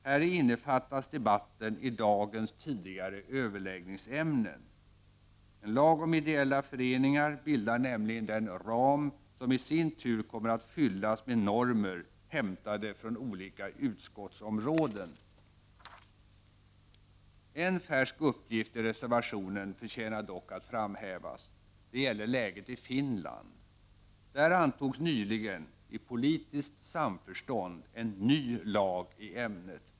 Häri innefattas debatten i dagens tidigare överläggningsämnen. En lag om ideella föreningar bildar nämligen den ram som i sin tur kommer att fyllas med normer, hämtade från olika utskottsområden. En färsk uppgift i reservationen förtjänar dock att framhävas. Det gäller läget i Finland. Där antogs nyligen, i politiskt samförstånd, en ny lag i ämnet.